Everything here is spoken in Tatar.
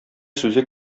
сүзе